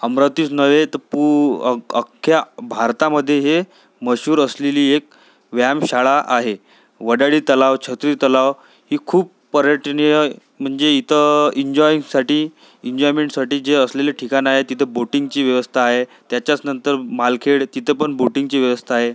अमरावतीच नव्हे तर पू अख् अख्ख्या भारतामध्ये हे मशहूर असलेली एक व्यायामशाळा आहे वडाळी तलाव छत्री तलाव ही खूप पर्यटनीय म्हणजे इथं इन्जॉयईनसाठी इन्जॉयमेंटसाठी जे असलेले ठिकाणं आहे तिथे बोटिंगची व्यवस्था आहे त्याच्याच नंतर मालखेड तिथं पण बोटिंगची व्यवस्था आहे